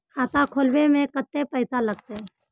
खाता खोलबे में कते पैसा लगते?